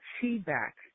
feedback